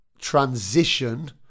transition